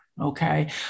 Okay